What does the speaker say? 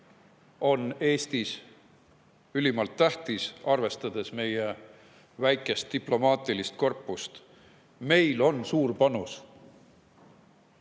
on Eestis ülimalt tähtis, arvestades meie väikest diplomaatilist korpust. Meil on suur panus.